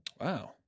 Wow